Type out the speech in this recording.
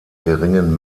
geringen